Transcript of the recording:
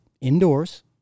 indoors